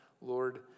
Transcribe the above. Lord